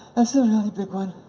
that's a really big one.